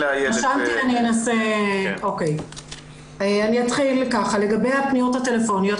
אני אתחיל ככה, לגבי הפניות הטלפוניות.